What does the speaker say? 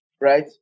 right